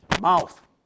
mouth